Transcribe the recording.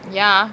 ya